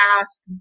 ask